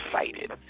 excited